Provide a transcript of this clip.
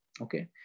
Okay